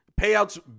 Payout's